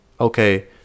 Okay